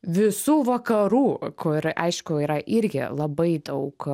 visų vakarų kur aišku yra irgi labai daug